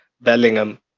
Bellingham